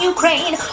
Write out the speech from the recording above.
Ukraine